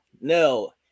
no